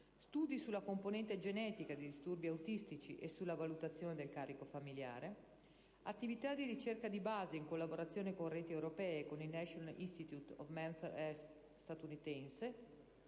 studi sulla componente genetica dei disturbi autistici e sulla valutazione del carico familiare; attività di ricerca di base in collaborazione con reti europee e con il *National Institute of Mental Health* statunitense,